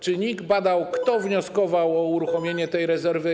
Czy NIK badał, kto wnioskował o uruchomienie tej rezerwy?